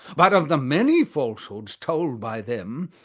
but of the many falsehoods told by them,